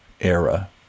era